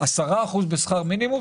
הם יוציאו את 800 השקלים האלה